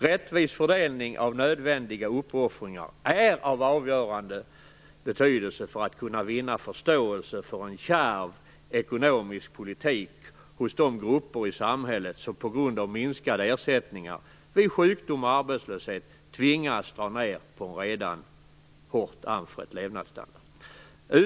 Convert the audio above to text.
Rättvis fördelning av nödvändiga uppoffringar är av avgörande betydelse för att man skall kunna vinna förståelse för en kärv ekonomisk politik hos de grupper i samhället som på grund av minskade ersättningar vid sjukdom och arbetslöshet tvingas dra ned på en redan hårt anfrätt levnadsstandard.